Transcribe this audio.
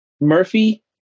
Murphy